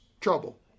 trouble